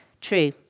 true